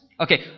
Okay